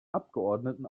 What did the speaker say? abgeordneten